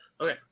Okay